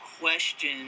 question